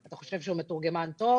אתה חושב שהוא מתורגמן טוב?